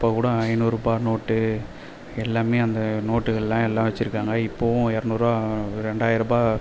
அப்போ கூட ஐந்நூறுரூபா நோட்டு எல்லாமே அந்த நோட்டுகள்லாம் எல்லா வச்சிருக்காங்க இப்போவும் இரநூறுவா ரெண்டாயிரூபா